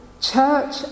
church